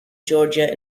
georgia